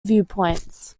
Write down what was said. viewpoints